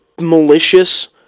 malicious